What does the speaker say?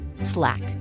Slack